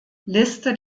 liste